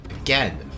Again